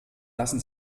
lassen